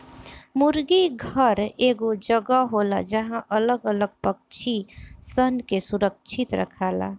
मुर्गी घर एगो जगह होला जहां अलग अलग पक्षी सन के सुरक्षित रखाला